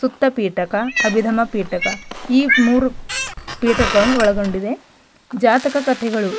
ಸುತ್ತ ಪಿಟಕ ಅಭಿದಮ್ಮ ಪಿಟಕ ಈ ಮೂರು ಪಿಟಕಗಳನ್ನು ಒಳಗೊಂಡಿದೆ ಜಾತಕ ಕಥೆಗಳು